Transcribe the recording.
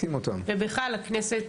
למרות הכול,